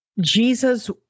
Jesus